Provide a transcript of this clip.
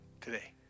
today